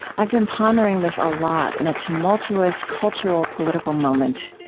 i've been pondering this a lot in a tumultuous cultural, political moment.